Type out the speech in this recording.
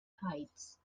tides